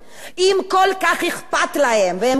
והם באמת כל כך מפחדים מהתקשורת,